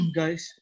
guys